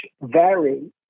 vary